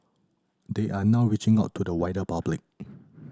they are now reaching out to the wider public